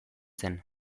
zen